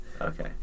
Okay